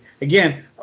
again